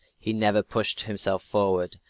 he never pushed himself forward.